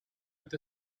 with